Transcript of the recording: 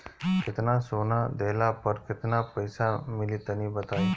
केतना सोना देहला पर केतना पईसा मिली तनि बताई?